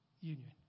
union